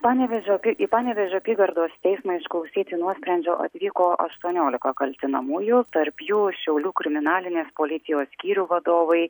panevėžio į panevėžio apygardos teismą išklausyti nuosprendžio atvyko aštuoniolika kaltinamųjų tarp jų šiaulių kriminalinės policijos skyrių vadovai